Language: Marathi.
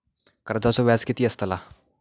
कर्जाचो व्याज कीती असताला?